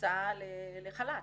הוצא לחל"ת.